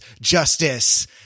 justice